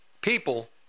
people